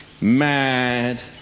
mad